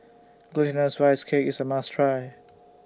Glutinous Rice Cake IS A must Try